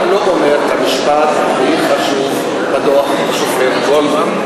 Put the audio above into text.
למה אתה לא אומר את המשפט הכי חשוב בדוח של השופט גולדברג,